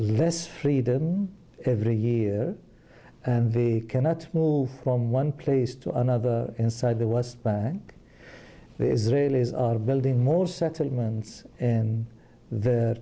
less freedom every year and the cannot move from one place to another inside the west bank the israelis are building more settlements and the